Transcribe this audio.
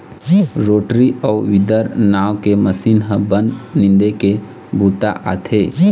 rotary अउ weeder नांव के मसीन ह बन निंदे के बूता आथे